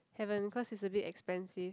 haven't cause it's a bit expensive